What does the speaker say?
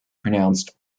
pronounced